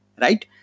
right